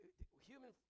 human